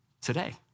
today